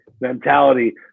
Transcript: mentality